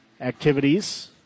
activities